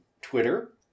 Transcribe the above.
Twitter